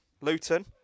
Luton